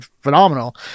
phenomenal